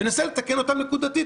וננסה לתקן אותן נקודתית.